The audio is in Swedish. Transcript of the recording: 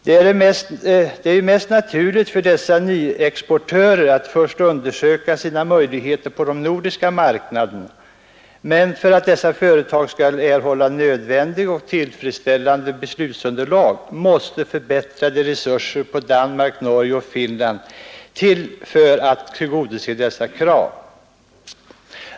Det är ju mest naturligt för nyexportörerna att först undersöka sina möjligheter på den nordiska marknaden. Men för att dessa företag skall erhålla ett tillfredsställande beslutsunderlag härför, måste förbättrade resurser sättas in på Danmark, Norge och Finland.